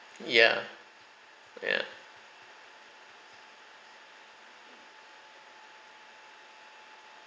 ya ya